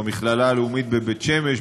במכללה הלאומית בבית שמש,